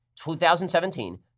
2017